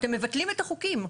אתם מבטלים את החוקים.